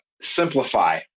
simplify